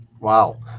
Wow